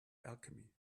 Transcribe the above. alchemy